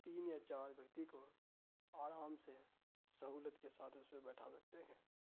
تین یا چار ویکتی کو آرام سے سہولت کے ساتھ اس پہ بیٹھا سکتے ہیں